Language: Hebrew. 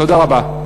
תודה רבה.